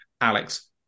Alex